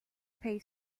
pay